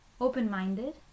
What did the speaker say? open-minded